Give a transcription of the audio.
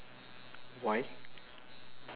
why